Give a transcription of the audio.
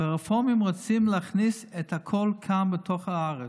הרפורמים רוצים להכניס את הכול לכאן, לתוך הארץ,